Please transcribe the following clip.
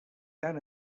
tan